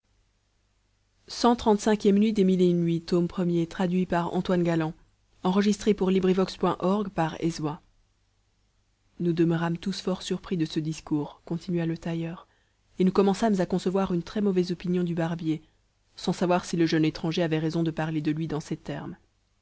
nous demeurâmes tous fort surpris de ce discours continua le tailleur et nous commençâmes à concevoir une très mauvaise opinion du barbier sans savoir si le jeune étranger avait raison de parler de lui dans ces termes